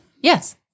Yes